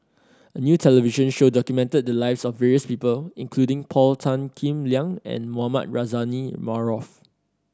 a new television show documented the lives of various people including Paul Tan Kim Liang and Mohamed Rozani Maarof